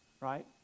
right